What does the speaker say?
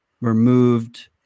removed